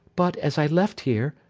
but, as i left here,